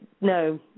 No